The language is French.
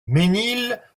mesnil